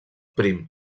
prim